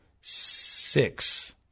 six